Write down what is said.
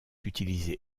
utilisée